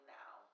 now